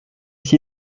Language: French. s’y